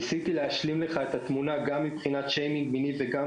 ניסיתי להשלים לך את התמונה גם מבחינת שיימינג מיני וגם